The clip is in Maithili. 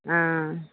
हँ